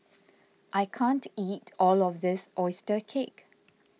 I can't eat all of this Oyster Cake